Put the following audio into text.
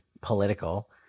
political